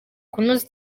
kunoza